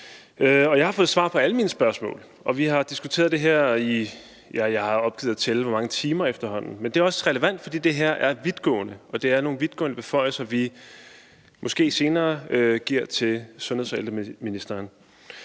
jeg har også fået svar på alle mine spørgsmål. Vi har diskuteret det her i, jeg har opgivet at tælle hvor mange timer efterhånden, men det er også relevant, fordi det her er vidtgående. Det er nogle vidtgående beføjelser, vi måske senere giver til sundheds- og ældreministeren.